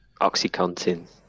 Oxycontin